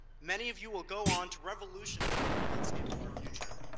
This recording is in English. many of you will go on to revolutionize the landscape of our future-but,